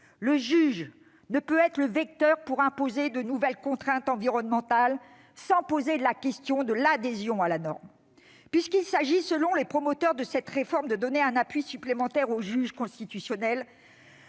Le juge ne peut être un vecteur pour imposer de nouvelles contraintes environnementales, sans poser la question de l'adhésion à la norme. Les promoteurs de cette réforme arguant qu'il s'agit de donner un appui supplémentaire au juge constitutionnel,